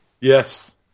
Yes